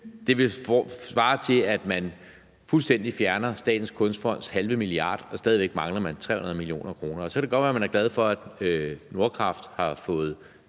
Det vil svare til, at man fuldstændig fjerner Statens Kunstfonds halve milliard – og stadig væk mangler man 300 mio. kr. Så kan det godt være, man er glad for, at Nordkraft har fået